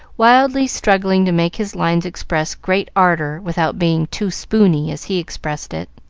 wildly struggling to make his lines express great ardor, without being too spoony, as he expressed it.